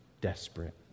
desperate